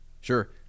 Sure